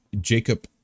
Jacob